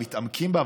מתעמקים בה,